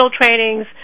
trainings